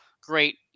Great